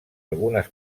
algunes